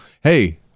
Hey